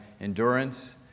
endurance